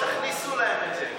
תכניסו להם את זה.